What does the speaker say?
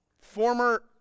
former